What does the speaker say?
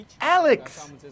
Alex